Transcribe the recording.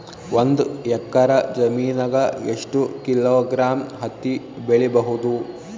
ಒಂದ್ ಎಕ್ಕರ ಜಮೀನಗ ಎಷ್ಟು ಕಿಲೋಗ್ರಾಂ ಹತ್ತಿ ಬೆಳಿ ಬಹುದು?